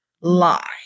lie